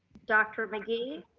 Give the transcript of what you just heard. dr. mcgee?